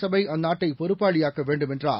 சபைஅந்நாட்டைபொறுப்பாளியாக்கவேண்டும்என்றார்